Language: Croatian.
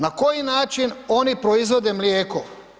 Na koji način oni proizvode mlijeko?